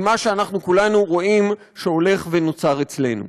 מה שאנחנו כולנו רואים שהולך ונוצר אצלנו.